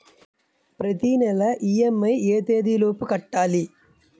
ప్రతినెల ఇ.ఎం.ఐ ఎ తేదీ లోపు కట్టాలి?